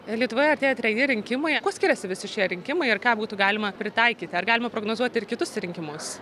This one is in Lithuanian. lietuvoje artėja treji rinkimai kuo skiriasi visi šie rinkimai ir ką būtų galima pritaikyti ar galima prognozuoti ir kitus rinkimus